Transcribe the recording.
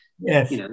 Yes